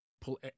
pull